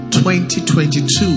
2022